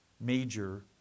major